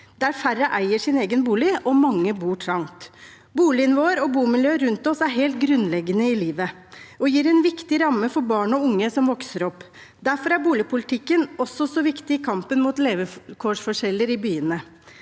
der færre eier sin egen bolig, og mange bor trangt. Boligen vår og bomiljøet rundt oss er helt grunnleggende i livet og gir en viktig ramme for barn og unge som vokser opp. Derfor er boligpolitikken også så viktig i kampen mot levekårsforskjeller i byene.